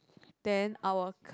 then our